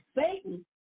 Satan